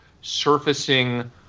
surfacing